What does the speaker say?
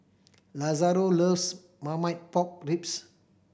Lazaro loves Marmite Pork Ribs